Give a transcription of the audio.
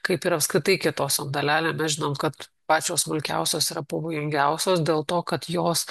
kaip ir apskritai kietosiom dalelėm mes žinom kad pačios smulkiausios yra pavojingiausios dėl to kad jos